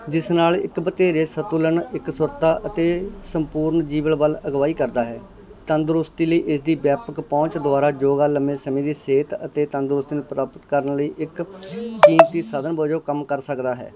ਜਿਸ ਨਾਲ ਇੱਕ ਵਧੇਰੇ ਸੰਤੁਲਨ ਇੱਕ ਸੁਰਤਾ ਅਤੇ ਸੰਪੂਰਨ ਜੀਵਨ ਵੱਲ ਅਗਵਾਈ ਕਰਦਾ ਹੈ ਤੰਦਰੁਸਤੀ ਲਈ ਇਸ ਦੀ ਵਿਆਪਕ ਪਹੁੰਚ ਦੁਆਰਾ ਯੋਗਾ ਲੰਬੇ ਸਮੇਂ ਦੀ ਸਿਹਤ ਅਤੇ ਤੰਦਰੁਸਤ ਨੂੰ ਪ੍ਰਾਪਤ ਕਰਨ ਲਈ ਇੱਕ ਕੀਮਤੀ ਸਾਧਨ ਵਜੋਂ ਕੰਮ ਕਰ ਸਕਦਾ ਹੈ